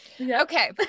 okay